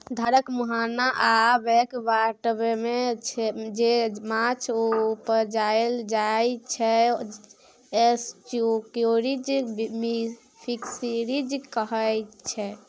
धारक मुहाना आ बैक बाटरमे जे माछ उपजाएल जाइ छै एस्च्युरीज फिशरीज कहाइ छै